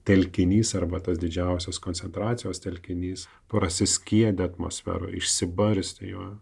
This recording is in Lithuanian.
telkinys arba tas didžiausios koncentracijos telkinys prasiskiedė atmosfera išsibarstė jo